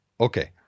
Okay